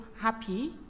happy